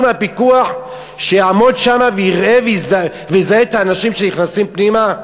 מהפיקוח יעמוד שם ויזהה את האנשים שנכנסים פנימה?